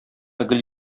гел